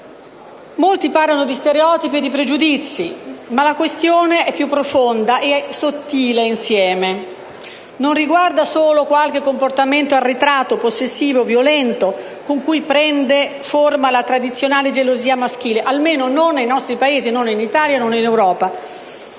Molti parlano di stereotipi e di pregiudizi, ma la questione è più profonda e sottile insieme. Non riguarda solo qualche comportamento arretrato, possessivo e violento, con cui prende forma la tradizionale gelosia maschile, almeno non nei nostri Paesi, non in Italia e non in Europa.